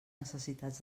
necessitats